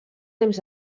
temps